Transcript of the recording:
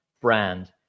brand